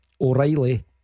O'Reilly